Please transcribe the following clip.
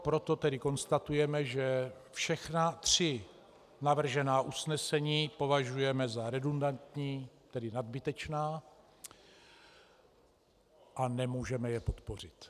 Proto tedy konstatujeme, že všechna tři navržená usnesení považujeme za redundantní, tedy nadbytečná, a nemůžeme je podpořit.